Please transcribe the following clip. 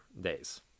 days